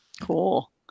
Cool